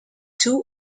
two